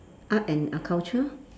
art and uh culture